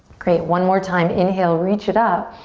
great, one more time. inhale, reach it up.